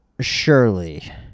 surely